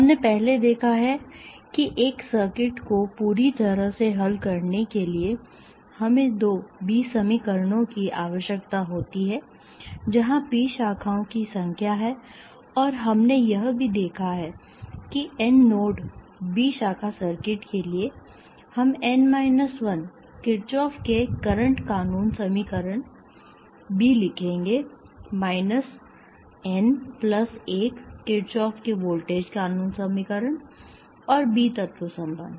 हमने पहले देखा है कि एक सर्किट को पूरी तरह से हल करने के लिए हमें दो B समीकरणों की आवश्यकता होती है जहां B शाखाओं की संख्या है और हमने यह भी देखा है कि N नोड B शाखा सर्किट के लिए हम N माइनस 1 किरचॉफ के करंट कानून Kirchoffs current law समीकरण B लिखेंगे माइनस N प्लस 1 किरचॉफ के वोल्टेज कानून Kirchoffs voltage law समीकरण और B तत्व संबंध